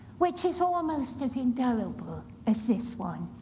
which is almost as indelible as this one.